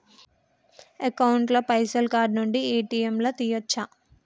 Account ల పైసల్ card నుండి ఏ.టి.ఎమ్ లా తియ్యచ్చా?